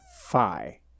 Phi